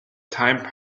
time